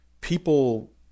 People